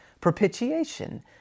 propitiation